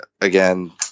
again